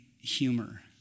humor